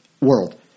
world